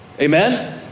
Amen